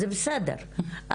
זה בסדר.